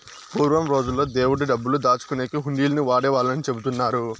పూర్వం రోజుల్లో దేవుడి డబ్బులు దాచుకునేకి హుండీలను వాడేవాళ్ళని చెబుతున్నారు